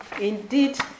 Indeed